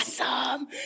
awesome